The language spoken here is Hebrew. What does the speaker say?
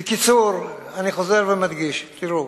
בקיצור, אני חוזר ומדגיש, תראו,